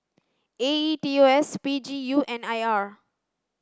A E T O S P G U and R